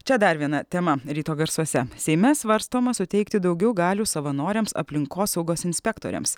čia dar viena tema ryto garsuose seime svarstoma suteikti daugiau galių savanoriams aplinkosaugos inspektoriams